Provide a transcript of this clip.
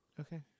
Okay